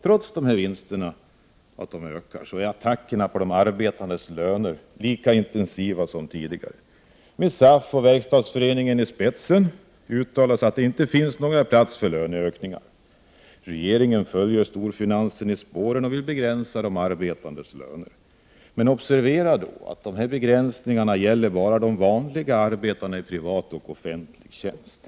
Trots att vinsterna ökar är attackerna på de arbetandes löner lika intensiva som tidigare. Med SAF och Verkstadsföreningen i spetsen uttalas att det inte finns plats för löneökningar. Regeringen följer storfinansen i spåren och vill begränsa de arbetandes löner. Men observera att dessa begränsningar gäller bara de vanliga arbetarna i privat och offentlig tjänst.